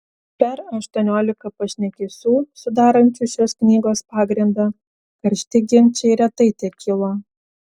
per aštuoniolika pašnekesių sudarančių šios knygos pagrindą karšti ginčai retai tekilo